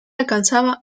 alcanzaba